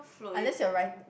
unless you are right